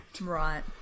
right